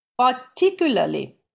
particularly